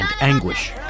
anguish